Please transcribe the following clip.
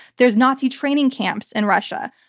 there's nazi training camps in russia.